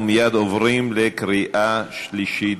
אנחנו מייד עוברים לקריאה שלישית.